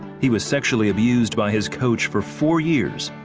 he was sexually abused by his coach for four years.